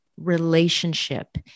relationship